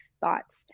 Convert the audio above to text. thoughts